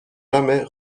jamais